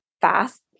fast